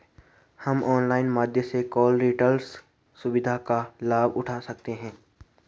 हम ऑनलाइन माध्यम से कॉर्डलेस सुविधा का लाभ उठा सकते हैं